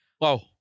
Wow